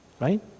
right